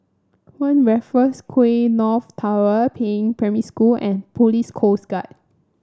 One Raffles Quay North Tower Peiying Primary School and Police Coast Guard